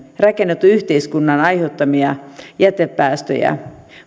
rakennetun yhteiskunnan aiheuttamia jätepäästöjä